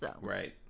Right